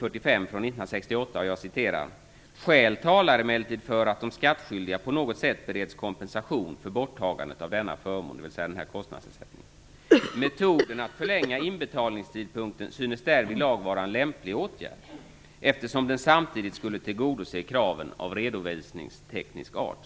45, 1968: "Skäl talar emellertid för att de skattskyldiga på något sätt bereds kompensation för borttagandet av denna förmån." Det är kostnadsersättningen som avses. Vidare skrev man: "Metoden att förlänga inbetalningstidpunkten synes därvidlag vara en lämplig åtgärd, eftersom den samtidigt skulle tillgodose krav av redovisningsteknisk art."